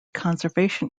conservation